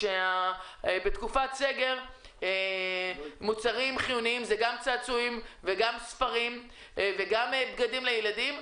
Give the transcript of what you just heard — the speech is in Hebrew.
בתקופת סגר מוצרים חיוניים זה גם צעצועים וגם ספרים וגם בגדים לילדים.